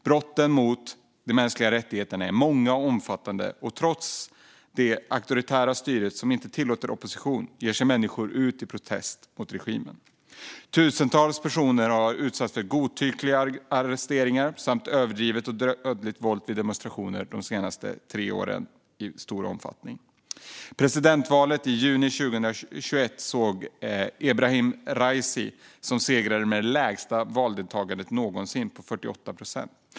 Brotten mot de mänskliga rättigheterna är många och omfattande. Trots det auktoritära styret, som inte tillåter opposition, ger sig människor ut i protest mot regimen. Tusentals personer har utsatts för godtyckliga arresteringar samt överdrivet och dödligt våld vid demonstrationer de senaste tre åren. Presidentvalet i juni 2021 såg Ebrahim Raisi som segrare, med ett valdeltagande som var det lägsta någonsin, 48 procent.